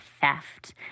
theft